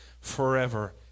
forever